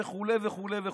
וכו' וכו'.